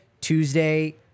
Tuesday